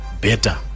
better